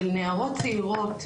של נערות צעירות,